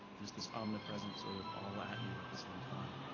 just this omnipresence sort of all at you at the same time.